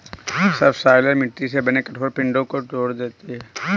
subsoiler मिट्टी से बने कठोर पिंडो को तोड़ देता है